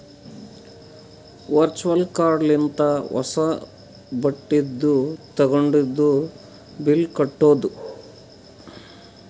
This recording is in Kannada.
ವರ್ಚುವಲ್ ಕಾರ್ಡ್ ಲಿಂತ ಹೊಸಾ ಬಟ್ಟಿದು ತಗೊಂಡಿದು ಬಿಲ್ ಕಟ್ಟುದ್